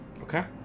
okay